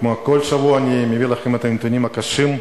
כמו כל שבוע אני מביא לכם את הנתונים הקשים,